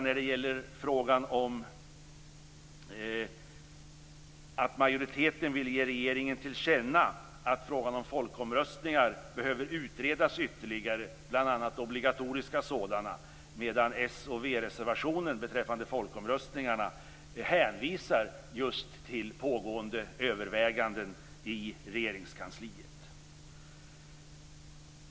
När det gäller att majoriteten vill ge regeringen till känna att frågan om folkomröstningar, bl.a. obligatoriska sådana, behöver utredas ytterligare hänvisar s och v-reservationen just till pågående överväganden i Regeringskansliet.